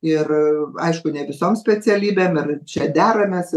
ir aišku ne visom specialybėm ir čia deramės